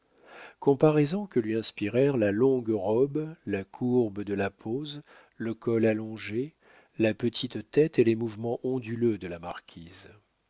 que lui inspirèrent la longue robe la courbe de la pose le col allongé la petite tête et les mouvements onduleux de la marquise